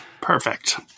Perfect